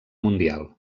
mundial